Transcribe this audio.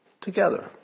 together